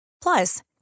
Plus